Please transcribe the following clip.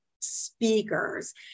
Speakers